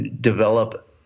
develop